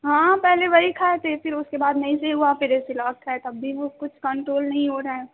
ہاں پہلے وہی کھائے تھے پھر اس کے بعد نہیں صحیح ہوا پھر ایسیلاک کھائے تب بھی وہ کچھ کنٹرول نہیں ہو رہا ہے